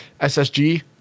SSG